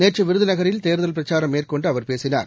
நேற்றுவிருதுநகரில் தேர்தல் பிரச்சாரம் மேற்கொண்டுஅவர் பேசினார்